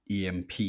emp